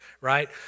right